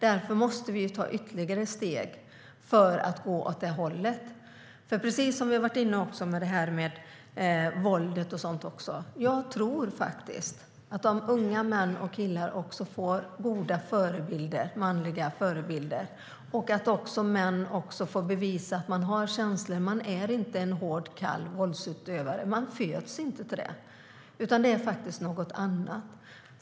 Därför måste vi ta ytterligare steg för att gå mot delad föräldraledighet. Precis som när det gäller våldet, som vi varit inne på, tror jag att det är viktigt att unga män och killar får goda manliga förebilder och att de får bevisa att de har känslor och inte är hårda och kalla våldsutövare. Man föds inte till det, utan det beror faktiskt på något annat.